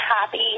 happy